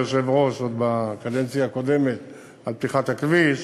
היושב-ראש עוד בקדנציה הקודמת על פתיחת הכביש.